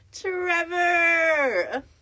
Trevor